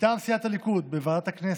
מטעם סיעת הליכוד: בוועדת הכנסת,